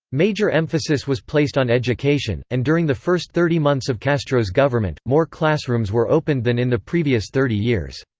major emphasis was placed on education, and during the first thirty months of castro's government, more classrooms were opened than in the previous thirty years.